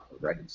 right